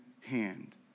hand